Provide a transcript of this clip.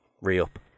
re-up